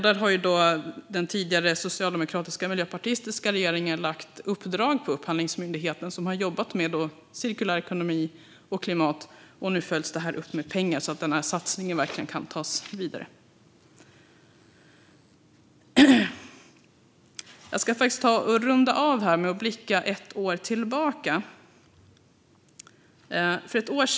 Där har den tidigare socialdemokratiska och miljöpartistiska regeringen lagt uppdrag på Upphandlingsmyndigheten som har jobbat med cirkulär ekonomi och klimat, och nu följs det upp med pengar så att satsningen kan tas vidare. Jag ska runda av med att blicka tillbaka ett år.